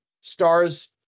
stars